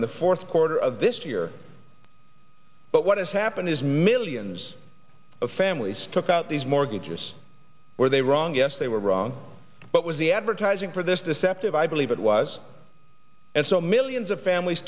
in the fourth quarter of this year but what has happened is millions of families took out these mortgages were they wrong yes they were wrong but was the advertising for this deceptive i believe it was and so millions of families